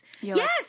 Yes